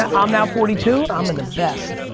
um now forty two, i'm in the best,